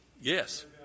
Yes